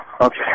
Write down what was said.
Okay